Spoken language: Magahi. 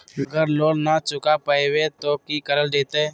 अगर लोन न चुका पैबे तो की करल जयते?